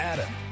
Adam